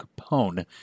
Capone